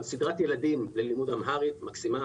סדרת ילדים ללימוד אמהרית סדרה מקסימה.